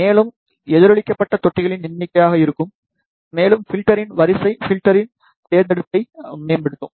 மேலும் எதிரொலிக்கப்பட்ட தொட்டிகளின் எண்ணிக்கையாக இருக்கும் மேலும் பில்டரின் வரிசை பில்டரின் தேர்ந்தெடுப்பை மேம்படுத்தும்